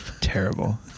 Terrible